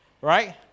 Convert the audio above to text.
right